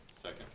Second